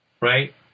right